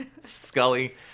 Scully